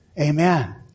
Amen